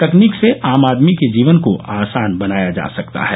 तकनीक से आम आदमी के जीवन को आसान बनाया जा सकता है